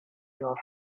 your